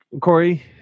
Corey